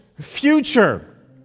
future